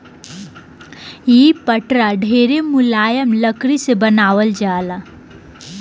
इ पटरा ढेरे मुलायम लकड़ी से बनावल जाला